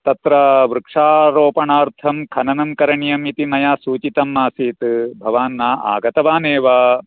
तत्र वृक्षारोपणार्थं खननं करणीयमिति सूचितमासीत् भवान् न आगतवानेव